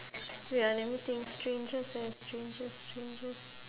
wait ah let me think strangest eh strangest strangest